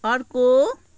अर्को